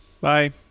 Bye